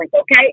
okay